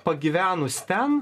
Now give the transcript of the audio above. pagyvenus ten